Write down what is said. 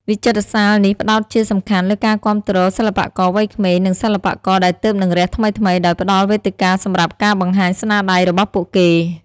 វិចិត្រសាលនេះផ្តោតជាសំខាន់លើការគាំទ្រសិល្បករវ័យក្មេង និងសិល្បករដែលទើបនឹងរះថ្មីៗ ដោយផ្តល់វេទិកាសម្រាប់ការបង្ហាញស្នាដៃរបស់ពួកគេ។